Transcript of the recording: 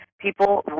people